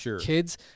kids